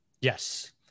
Yes